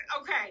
okay